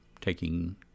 taking